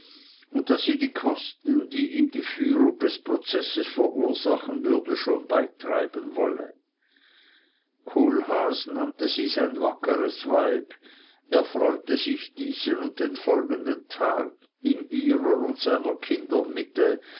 und daß sie die kosten die ihm die führung des prozesses verursachen würde schon beitreiben wolle kohlhaas nannte sie sein wackeres weib erfreute sich diesen und den folgenden tag in ihrer und seiner kinder mitte